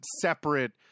separate